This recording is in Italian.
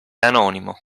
anonimo